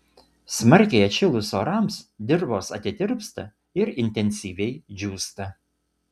smarkiai atšilus orams dirvos atitirpsta ir intensyviai džiūsta